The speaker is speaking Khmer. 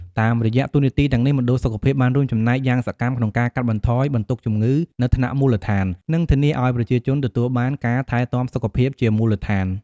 តាមរយៈតួនាទីទាំងនេះ មណ្ឌលសុខភាពបានរួមចំណែកយ៉ាងសកម្មក្នុងការកាត់បន្ថយបន្ទុកជំងឺនៅថ្នាក់មូលដ្ឋាន និងធានាឱ្យប្រជាជនទទួលបានការថែទាំសុខភាពជាមូលដ្ឋាន។